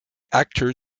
actor